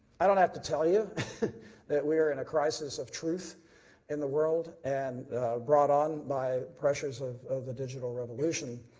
i do not have to tell you we are in a crisis of truth in the world and brought on by pressures of of the digital revolution.